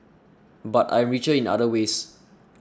but I am richer in other ways